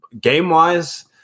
Game-wise